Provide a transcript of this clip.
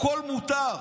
הכול מותר.